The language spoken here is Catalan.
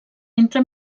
entre